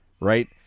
right